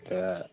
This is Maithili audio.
तऽ